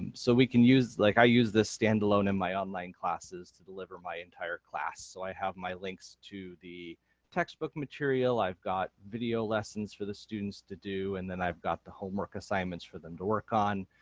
and so we can use, like i use this standalone in my online classes to deliver my entire class, so i have my links to the textbook material, i've got video lessons for the students to do, and then i've got the homework assignments for them to work on.